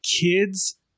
kids